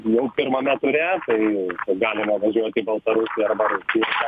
jau pirmame ture tai galima važiuot į baltarusiją arba rusiją